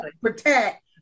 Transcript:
protect